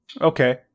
okay